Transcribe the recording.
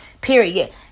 period